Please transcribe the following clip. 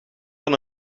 van